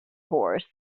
horse